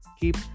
keep